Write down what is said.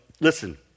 listen